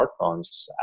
smartphones